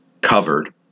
covered